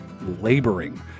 laboring